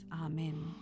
Amen